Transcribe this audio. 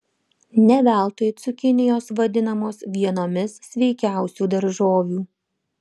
ne veltui cukinijos vadinamos vienomis sveikiausių daržovių